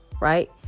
right